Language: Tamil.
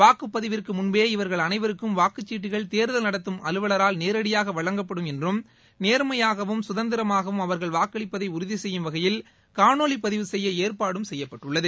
வாக்குப் பதிவிற்கு முன்பே இவர்கள் அனைவருக்கும் வாக்குச் சீட்டுகள் தேர்தல் நடத்தும் அலுவலரால் நேரடியாக வழங்கப்படும் என்றும் நேர்மையாகவும் சுதந்திரமாகவும் அவர்கள் வாக்களிப்பதை உறுதி செய்யும் வகையில் காணொலி பதிவு செய்ய ஏற்பாடு செய்யப்பட்டுள்ளது